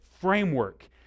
framework